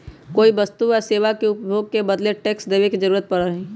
कोई वस्तु या सेवा के उपभोग के बदले टैक्स देवे के जरुरत पड़ा हई